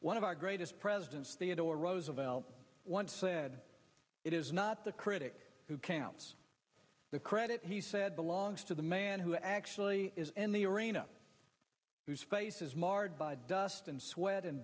one of our greatest presidents theodore roosevelt once said it is not the critic who counts the credit he said belongs to the man who actually is in the arena whose face is marred by dust and sweat and